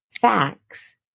facts